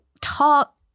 talk –